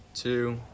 two